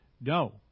no